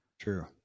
True